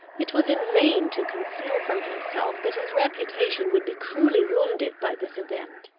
it was in vain to conceal from himself that his reputation would be cruelly wounded by this event.